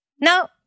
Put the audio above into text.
Now